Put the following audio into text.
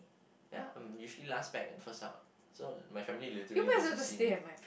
ya I'm usually last back and first out so my family literally doesn't see me